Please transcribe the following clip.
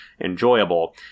enjoyable